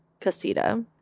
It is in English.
Casita